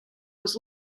was